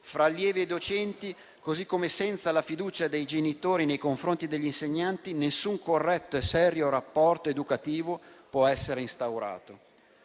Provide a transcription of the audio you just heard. fra allievi e docenti, così come senza la fiducia dei genitori nei confronti degli insegnanti, nessun corretto e serio rapporto educativo può essere instaurato.